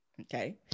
Okay